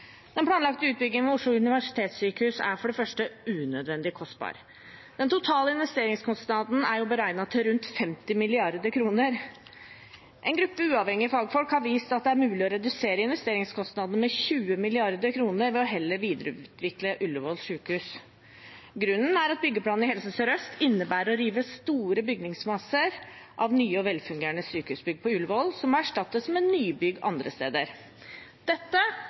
Den planlagte utbyggingen av Oslo universitetssykehus er for det første unødvendig kostbar. Den totale investeringskostnaden er beregnet til rundt 50 mrd. kr. En gruppe uavhengige fagfolk har vist at det er mulig å redusere investeringskostnadene med 20 mrd. kr ved heller å videreutvikle Ullevål sykehus. Grunnen er at byggeplanene i Helse Sør-Øst innebærer å rive store bygningsmasser av nye og velfungerende sykehusbygg på Ullevål, som må erstattes med nybygg andre steder. Dette